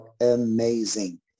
amazing